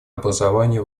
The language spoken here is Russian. образование